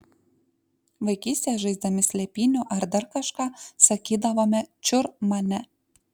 vaikystėje žaisdami slėpynių ar dar kažką sakydavom čiur mane